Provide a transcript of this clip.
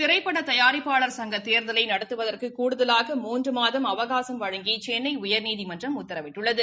திரைப்பட தயாரிப்பாளர் சங்க தேர்தலை நடத்துவதற்கு கூடுதலாக மூன்று மாதம் அவகாசம் வழங்கி சென்னை உயர்நீதிமன்றம் உத்தரவிட்டுள்ளது